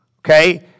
okay